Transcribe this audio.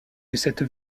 cette